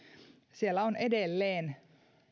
siellä on edelleen